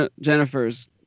Jennifer's